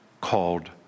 called